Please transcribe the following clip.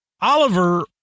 Oliver